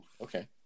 okay